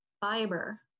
fiber